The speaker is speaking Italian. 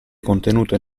contenute